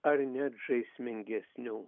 ar net žaismingesnių